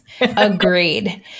Agreed